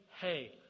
Hey